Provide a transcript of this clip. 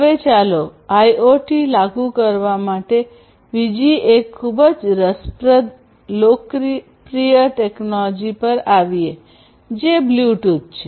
હવે ચાલો આઇઓટી લાગુ કરવા માટે બીજી એક ખૂબ જ રસપ્રદ લોકપ્રિય ટેકનોલોજી પર આવીએ જે બ્લૂટૂથ છે